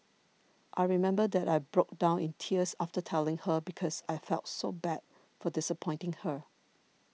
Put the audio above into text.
I remember that I broke down in tears after telling her because I felt so bad for disappointing her